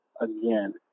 again